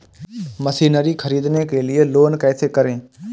Machinery ख़रीदने के लिए लोन कैसे करें?